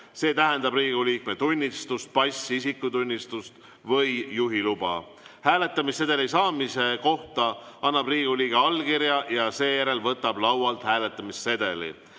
see tähendab Riigikogu liikme tunnistus, pass, isikutunnistus või juhiluba. Hääletamissedeli saamise kohta annab Riigikogu liige allkirja ja seejärel võtab laualt hääletamissedeli.